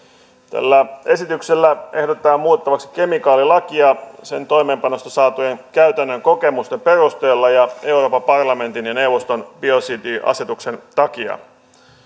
tällä esityksellä ehdotetaan muutettavaksi kemikaalilakia sen toimeenpanosta saatujen käytännön kokemusten perusteella ja euroopan parlamentin ja neuvoston biosidiasetuksen takia